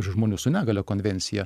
žmonių su negalia konvencija